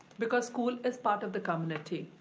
because school is part of the community.